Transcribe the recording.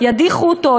ידיחו אותו,